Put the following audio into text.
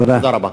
תודה רבה.